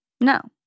No